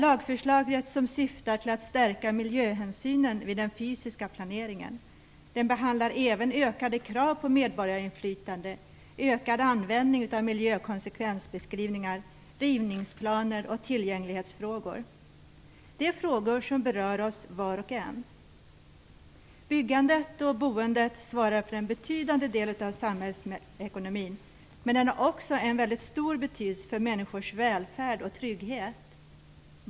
Lagförslaget syftar till att stärka miljöhänsynen vid den fysiska planeringen. Det behandlar även ökade krav på medborgarinflytande, ökad användning av miljökonsekvensbeskrivningar, rivningsplaner och tillgänglighetsfrågor. Detta är frågor som berör var och en av oss. Byggandet och boendet svarar för en betydande del av samhällsekonomin, men det har också stor betydelse för människors välfärd och trygghet.